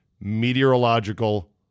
meteorological